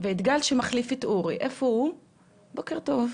שמחליף את אורי, בוקר טוב.